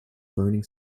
burning